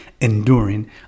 enduring